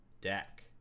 Deck